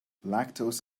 lactose